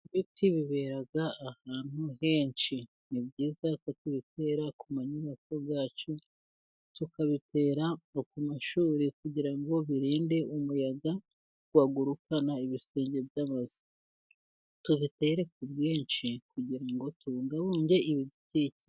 Ibiti bibera ahantu henshi, ni byiza ko tubitera ku ma nyubako yacu, tukabitera ku mashuri kugira ngo birinde umuyaga wagurukana ibisenge by'amazu, tubitere ku bwinshi kugira ngo tubungabunge ibidukikije.